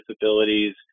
disabilities